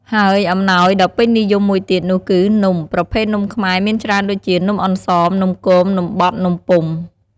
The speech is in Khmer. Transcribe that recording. ហើយអំណោយដ៏ពេញនិយមមួយទៀតនោះគឹនំ ប្រភេទនំខ្មែរមានច្រើនដូចជានំអន្សម នំគម នំបត់ នំពុម្ភ